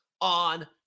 on